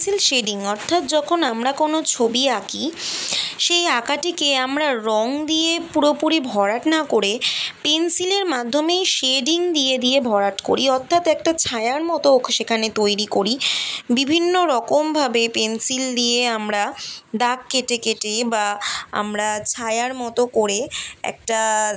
pencil shading অর্থাৎ যখন আমরা কোনও ছবি আঁকি সেই আঁকাটিকে আমরা রঙ দিয়ে পুরোপুরি ভরাট না করে পেন্সিলের মাধ্যমেই শেডিং দিয়ে দিয়ে ভরাট করি অর্থাৎ একটা ছায়ার মতো ওকে সেখানে তৈরি করি বিভিন্ন রকমভাবে পেন্সিল দিয়ে আমরা দাগ কেটে কেটে বা আমরা ছায়ার মতো করে একটা